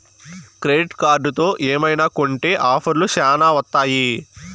credit కార్డుతో ఏమైనా కొంటె ఆఫర్లు శ్యానా వత్తాయి